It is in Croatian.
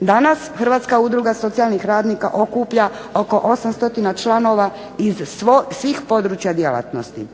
Danas Hrvatska udruga socijalnih radnika okuplja oko 800 članova iz svih područja djelatnosti.